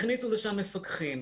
הכניסו לשם מפקחים.